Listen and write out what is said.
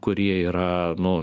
kurie yra nu